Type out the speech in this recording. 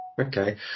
Okay